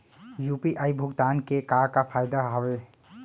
UPI भुगतान के का का फायदा हावे?